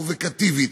פרובוקטיבית,